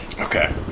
Okay